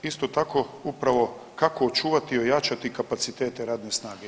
Isto tako, upravo, kako očuvati i ojačati kapacitete radne snage.